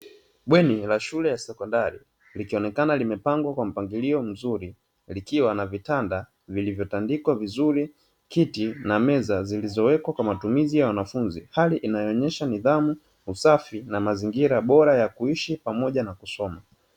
Bweni la shule ya sekondari likionekana limepangwa kwa mpangilio mzuri, likiwa na vitanda vilivyotandikwa vizuri. Kiti na meza zilizowekwa kwa matumizi ya wanafunzi. Hali inayoonesha nidhamu, usafi na mazingira bora ya kuishi pamoja na kusoma.